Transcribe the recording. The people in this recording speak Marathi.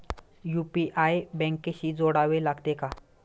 यु.पी.आय बँकेशी जोडावे लागते का?